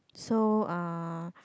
so uh